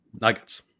nuggets